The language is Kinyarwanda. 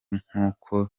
nk’uko